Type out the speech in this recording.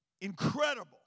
Incredible